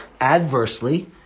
adversely